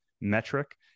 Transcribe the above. metric